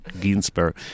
Ginsberg